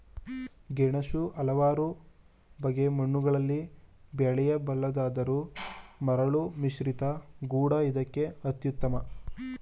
ಗೆಣಸು ಹಲವಾರು ಬಗೆ ಮಣ್ಣುಗಳಲ್ಲಿ ಬೆಳೆಯಬಲ್ಲುದಾದರೂ ಮರಳುಮಿಶ್ರಿತ ಗೋಡು ಇದಕ್ಕೆ ಅತ್ಯುತ್ತಮ